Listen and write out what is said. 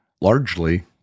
largely